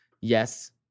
yes